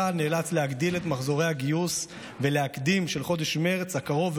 צה"ל נאלץ להגדיל את מחזורי הגיוס של חודש מרץ הקרוב,